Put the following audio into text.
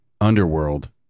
Underworld